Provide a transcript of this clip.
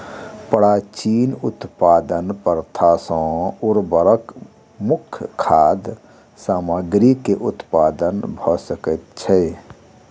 प्राचीन उत्पादन प्रथा सॅ उर्वरक मुक्त खाद्य सामग्री के उत्पादन भ सकै छै